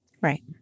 Right